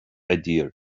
idea